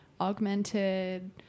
augmented